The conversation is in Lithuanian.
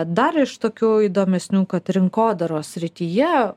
dar iš tokių įdomesnių kad rinkodaros srityje